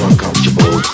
uncomfortable